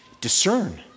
discern